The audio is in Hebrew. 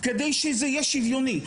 כדי שזה יהיה שוויוני.